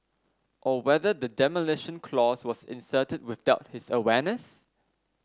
or whether the demolition clause was inserted without his awareness